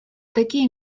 такие